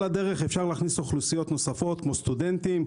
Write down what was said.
כשעל הדרך אפשר להכניס אוכלוסיות נוספות כמו סטודנטים,